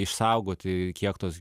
išsaugoti kiek tos